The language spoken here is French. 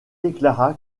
déclara